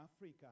Africa